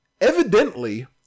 evidently